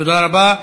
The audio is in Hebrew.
תודה רבה.